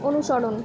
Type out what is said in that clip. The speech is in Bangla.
অনুসরণ